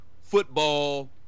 football